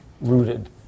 rooted